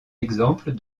exemples